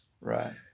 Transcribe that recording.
Right